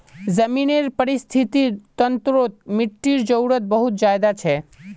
ज़मीनेर परिस्थ्तिर तंत्रोत मिटटीर जरूरत बहुत ज़्यादा छे